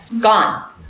gone